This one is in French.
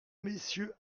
messieurs